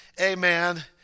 amen